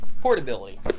portability